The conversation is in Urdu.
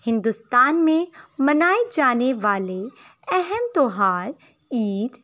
ہندوستان میں منائے جانے والے اہم تیوہار عید